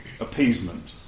appeasement